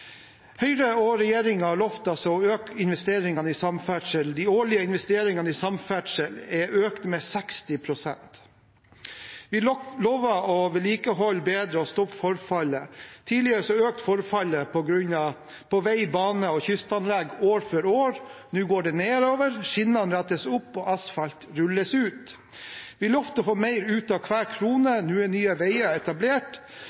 Høyre og regjeringen lovte å øke investeringene i samferdsel. De årlige investeringene i samferdsel er økt med 60 pst. Vi lovte å vedlikeholde bedre og stoppe forfallet. Tidligere økte forfallet på vei, bane og kystanlegg år for år. Nå går det nedover, skinnene rettes opp, og asfalt rulles ut. Vi lovte å få mer ut av hver